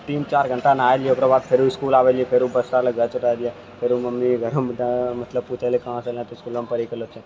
तीन चारि घण्टा नहाय लियै ओकरा बाद फेरो इसकुल आबै रहैए फेरो बस्ता लअ चटाइ लियै फेरो मम्मी गेलौ तऽ मतलब पुछैले कहाँ सँ एलै तऽ इसकुलमे पढ़ि कऽ एलौ छी